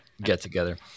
get-together